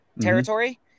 territory